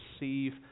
receive